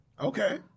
Okay